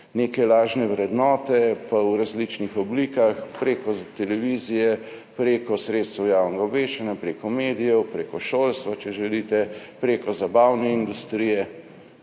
neke lažne vrednote in v različnih oblikah prek televizije, prek sredstev javnega obveščanja, prek medijev, prek šolstva, če želite, prek zabavne industrije